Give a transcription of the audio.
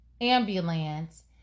ambulance